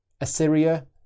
Assyria